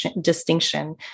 distinction